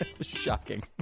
Shocking